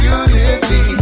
unity